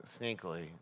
sneakily